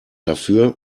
dafür